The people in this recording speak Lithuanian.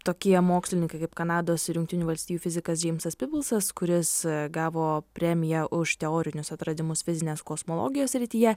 tokie mokslininkai kaip kanados ir jungtinių valstijų fizikas džeimsas piblsas kuris gavo premiją už teorinius atradimus fizinės kosmologijos srityje